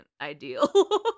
ideal